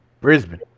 Brisbane